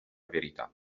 verità